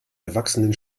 erwachsenen